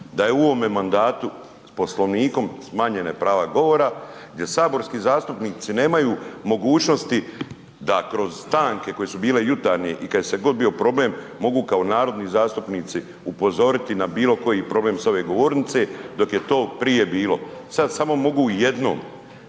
da je u ovome mandatu s Poslovnikom smanjenja prava govora gdje saborski zastupnici nemaju mogućnosti da kroz stanke koje su bile jutarnje i kada god se je bio problem mogu kao narodni zastupnici upozoriti na bilo koji problem s ove govornice dok je to prije bilo. Sada samo mogu jednom.